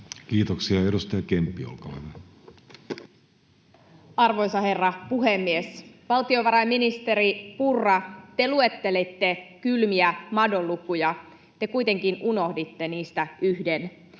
tulevaisuudesta Time: 16:07 Content: Arvoisa herra puhemies! Valtiovarainministeri Purra, te luettelitte kylmiä madonlukuja. Te kuitenkin unohditte niistä yhden,